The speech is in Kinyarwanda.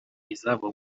izabo